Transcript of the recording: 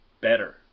better